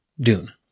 Dune